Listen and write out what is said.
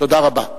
תודה רבה.